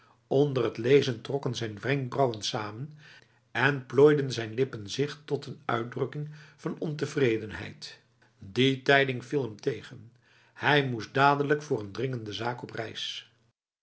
onder het lezen trokken zijn wenkbrauwen samen en plooiden zijn lippen zich tot een uitdrukking van ontevredenheid die tijding viel hem tegen hij moest dadelijk voor een dringende zaak op reis